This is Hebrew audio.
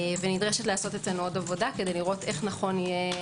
נדרשת לעשות אצלנו עוד עבודה כדי לראות איך נכון יהיה